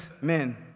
men